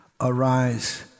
arise